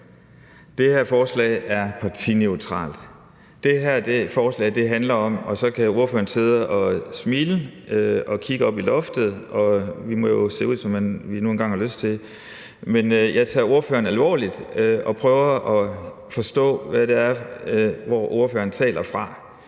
Det her forslag er partineutralt, og det forholder sig til – og så kan ordføreren sidde og smile og kigge op i loftet; vi må jo se ud, som vi nu engang har lyst til, men jeg tager ordføreren alvorligt og prøver at forstå, hvor det er, ordføreren taler fra